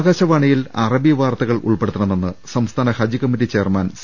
ആകാശവാണിയിൽ അറബി വാർത്തകൾ ഉൾപെടുത്തണമെന്ന് സംസ്ഥാന ഹജ്ജ്കമ്മിറ്റി ചെയർമാൻ സി